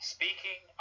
Speaking